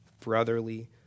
brotherly